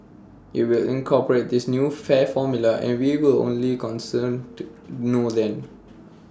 IT will incorporate this new fare formula and we will only concerned know then